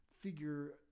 figure